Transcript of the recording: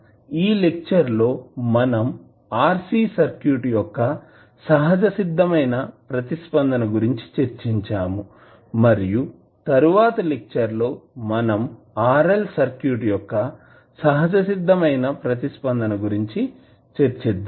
ఈ లెక్చర్ లో మనం RC సర్క్యూట్ యొక్క సహజసిద్ధమైన ప్రతిస్పందన గురించి చర్చించాము మరియు తరువాతి లెక్చర్ లో మనం RL సర్క్యూట్ యొక్క సహజసిద్ధమైన ప్రతిస్పందన గురించి చర్చిద్దాము